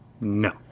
No